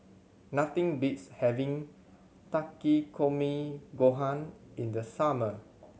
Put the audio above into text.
nothing beats having Takikomi Gohan in the summer